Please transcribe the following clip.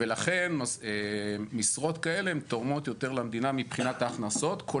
ולכן משרות כאלה הן תורמות יותר למדינה מבחינת ההכנסות.